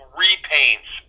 repaints